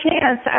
chance